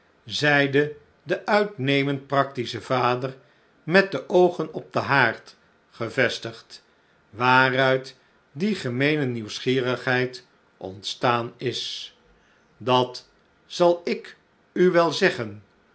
zeide de uitnemend practische vader met de oogen op den haard gevestigd waaruit die gemeene nieuwsgierigheid ontstaan is slechte tijden dat zal ik u wel zeggen